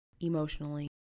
emotionally